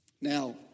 Now